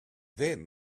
then